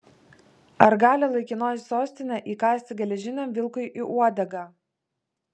ar gali laikinoji sostinė įkąsti geležiniam vilkui į uodegą